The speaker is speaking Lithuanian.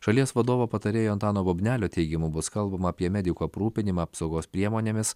šalies vadovo patarėjo antano bubnelio teigimu bus kalbama apie medikų aprūpinimą apsaugos priemonėmis